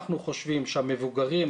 אנחנו חושבים שהמבוגרים,